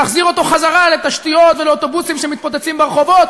להחזיר אותו לתשתיות ולאוטובוסים שמתפוצצים ברחובות,